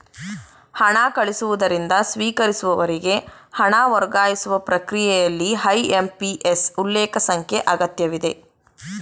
ಹಣ ಕಳಿಸುವವರಿಂದ ಸ್ವೀಕರಿಸುವವರಿಗೆ ಹಣ ವರ್ಗಾಯಿಸುವ ಪ್ರಕ್ರಿಯೆಯಲ್ಲಿ ಐ.ಎಂ.ಪಿ.ಎಸ್ ಉಲ್ಲೇಖ ಸಂಖ್ಯೆ ಅಗತ್ಯವಿದೆ